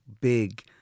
big